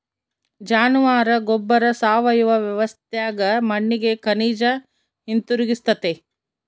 ಜಾನುವಾರ ಗೊಬ್ಬರ ಸಾವಯವ ವ್ಯವಸ್ಥ್ಯಾಗ ಮಣ್ಣಿಗೆ ಖನಿಜ ಹಿಂತಿರುಗಿಸ್ತತೆ